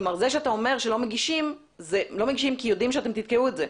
אתה אומר שלא מגישים לא מגישים כי יודעים שאתם תתקעו את זה.